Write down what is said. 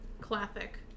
classic